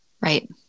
right